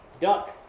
duck